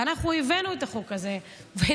ואנחנו הבאנו את החוק הזה וניסינו,